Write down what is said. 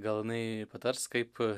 gal jinai patars kaip